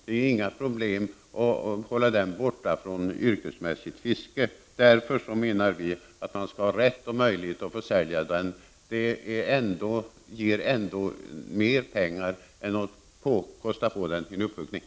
Det är alltså inte några problem med att hålla den borta från yrkesmässigt fiske, och därför skall det finnas möjlighet att sälja den. Det ger ju mer pengar än att låta den bli upphuggen.